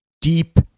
deep